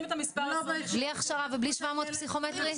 בלי הכשרה ובלי 700 בפסיכומטרי?